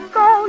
go